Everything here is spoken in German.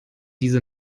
diese